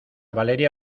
valeria